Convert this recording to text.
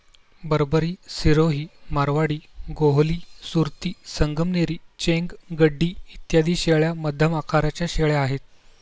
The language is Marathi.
बरबरी, सिरोही, मारवाडी, गोहली, सुरती, संगमनेरी, चेंग, गड्डी इत्यादी शेळ्या मध्यम आकाराच्या शेळ्या आहेत